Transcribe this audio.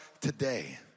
today